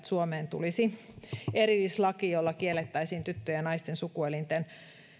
suomeen tulisi erillislaki jolla kiellettäisiin tyttöjen ja naisten sukuelinten